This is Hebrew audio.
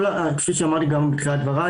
כפי שאמרתי גם בתחילת דבריי,